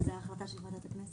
זה החלטה של ועדת הכנסת.